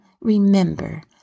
remember